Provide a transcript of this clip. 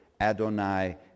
Adonai